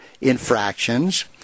infractions